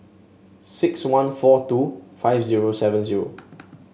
six one four two five zero seven zero